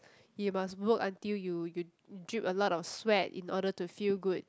you must work until you you drip a lot of sweat in order to feel good